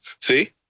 See